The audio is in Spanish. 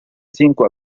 cinco